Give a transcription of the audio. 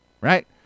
Right